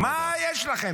מה יש לכם?